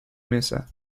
mesa